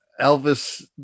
Elvis